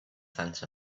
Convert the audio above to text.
fence